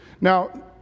Now